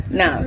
no